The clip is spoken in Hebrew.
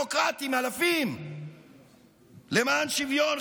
למען שוויון,